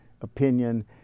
opinion